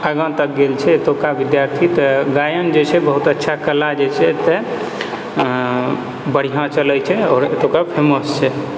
आगाँ तक गेल छै एतुका विद्यार्थी तऽ गायन जे छै बहुत अच्छा कला जे छै एतए बढ़िआँ चलै छै आओर एतुका फेमस छै